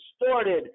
distorted